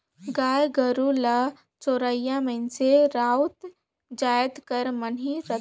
गाय गरू ल चरोइया मइनसे राउत जाएत कर मन ही रहथें